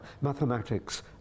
mathematics